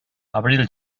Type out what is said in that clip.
abril